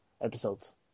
episodes